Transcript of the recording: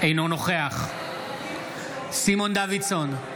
אינו נוכח סימון דוידסון,